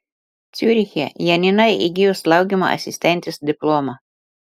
ciuriche janina įgijo slaugymo asistentės diplomą